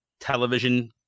television